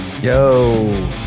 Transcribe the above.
Yo